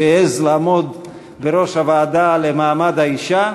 שהעז לעמוד בראש הוועדה למעמד האישה,